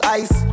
ice